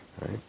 Right